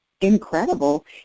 incredible